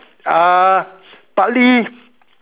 uh partly